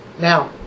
Now